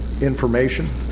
information